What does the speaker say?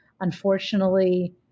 unfortunately